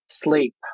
sleep